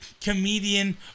comedian